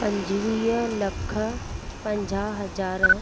पंजवीहु लख पंजाहु हज़ार